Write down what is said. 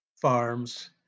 farms